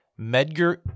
Medgar